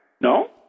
No